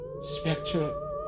Spectre